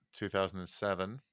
2007